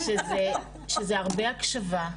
שזה הרבה הקשבה,